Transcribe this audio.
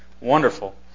Wonderful